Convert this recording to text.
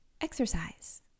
exercise